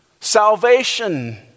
salvation